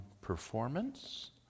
performance